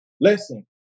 listen